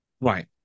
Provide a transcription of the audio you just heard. right